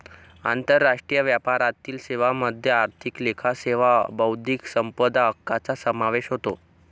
आंतरराष्ट्रीय व्यापारातील सेवांमध्ये आर्थिक लेखा सेवा बौद्धिक संपदा हक्कांचा समावेश होतो